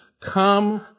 come